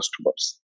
customers